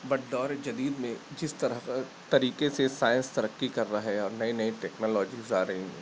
but دور جدید میں جس طرح طریقے سے سائنس ترقی کر رہا ہے اور نئے نئے ٹیکنالوجیز آ رہی ہیں